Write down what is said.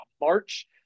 March